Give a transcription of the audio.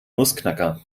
nussknacker